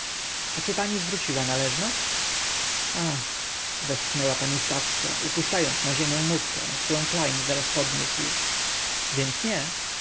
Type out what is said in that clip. a czy pani zwróciła należność ach westchnęła pani stawska upuszczając na ziemię mufkę którą klejn zaraz podniósł więc nie